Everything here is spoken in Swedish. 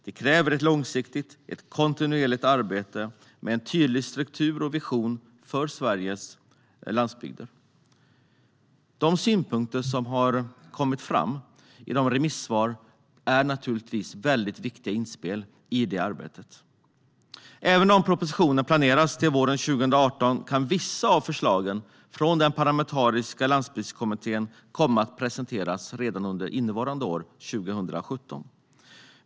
Detta kräver ett långsiktigt och kontinuerligt arbete med en tydlig struktur och vision för Sveriges landsbygder. De synpunkter som har kommit fram i remissvaren är viktiga inspel i det arbetet. Även om propositionen planeras till våren 2018 kan vissa av förslagen från Parlamentariska landsbygdskommittén komma att presenteras redan under innevarande år.